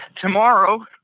tomorrow